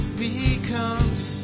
becomes